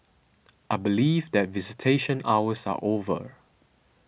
I believe that visitation hours are over